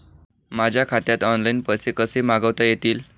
माझ्या खात्यात ऑनलाइन पैसे कसे मागवता येतील?